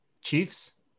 Chiefs